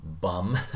bum